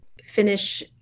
finish